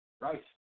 Right